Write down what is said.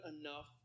enough